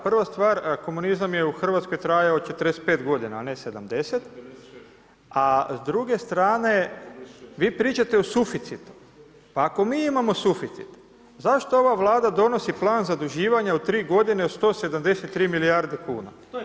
Prva stvar, komunizam je u Hrvatskoj trajao 45 godina, a ne 70, a s druge strane vi pričate o suficitu, pa ako mi imamo suficit zašto ova Vlada donosi plan zaduživanja u tri godine od 173 milijarde kuna?